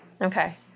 Okay